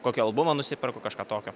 kokį albumą nusiperku kažką tokio